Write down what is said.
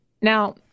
Now